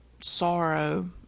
sorrow